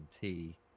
tea